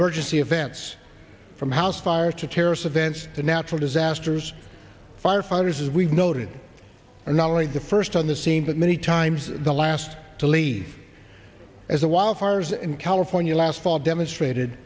emergency events from house fire to terrorist events the natural disasters firefighters as we've noted are not only the first on the scene but many times the last to leave as the wildfires in california last fall demonstrated